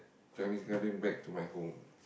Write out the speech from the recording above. Chinese-Garden back to my home